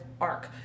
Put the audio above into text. arc